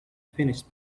finished